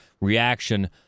reaction